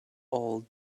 all